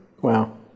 Wow